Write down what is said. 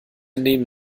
nehmen